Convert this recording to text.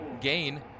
gain